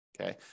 okay